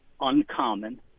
uncommon